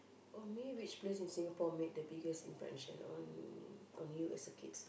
for me which place in Singapore made the biggest impression on on you as a kids